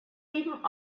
even